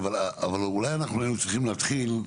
אולי אנחנו היינו צריכים להתחיל.